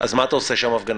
אז מה אתה עושה שם הפגנה?